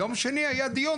יום שני היה דיון,